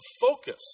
focus